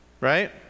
Right